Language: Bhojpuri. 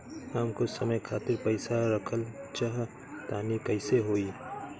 हम कुछ समय खातिर पईसा रखल चाह तानि कइसे होई?